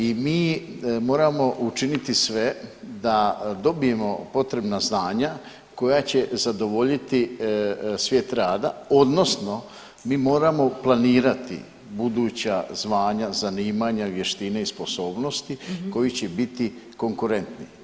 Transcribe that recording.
I mi moramo učiniti sve da dobijemo potrebna znanja koja će zadovoljiti svijet rada, odnosno mi moramo planirati buduća zvanja, zanimanja, vještine i sposobnosti koji će biti konkurentni.